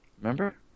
Remember